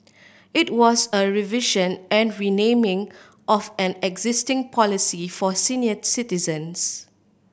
it was a revision and renaming of an existing policy for senior citizens